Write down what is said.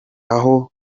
aho